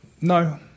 No